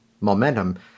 momentum